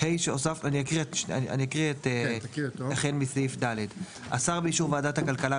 אני אקריא החל מסעיף (ד): "השר באישור ועדת הכלכלה,